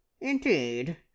indeed